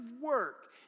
work